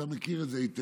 אתה מכיר את זה היטב,